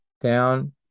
down